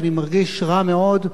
אני מרגיש רע מאוד,